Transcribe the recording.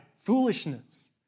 foolishness